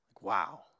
Wow